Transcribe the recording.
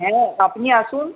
হ্যাঁ আপনি আসুন